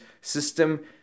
system